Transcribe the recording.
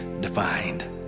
defined